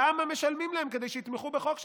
כמה משלמים להם כדי שיתמכו בחוק שכזה?